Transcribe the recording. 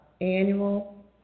annual